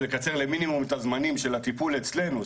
לקצר למינימום את הזמנים של הטיפול אצלנו,